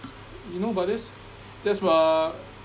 you know about this this uh